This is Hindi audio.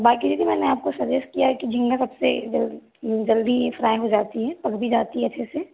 बाकी दीदी मैंने आपको सजेस्ट किया है कि झींगा सबसे जल्दी फ्राय हो जाती है पक भी जाती है अच्छे से